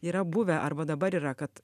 yra buvę arba dabar yra kad